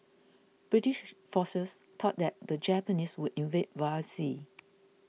British forces thought that the Japanese would invade via sea